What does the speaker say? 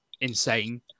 insane